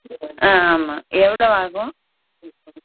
ஆ ஆமாம் எவ்வளோவாகும்